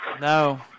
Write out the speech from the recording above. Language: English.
No